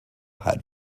had